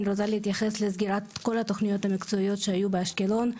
אני רוצה להתייחס לסגירת כל התוכניות המקצועיות שהיו באשקלון,